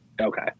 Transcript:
Okay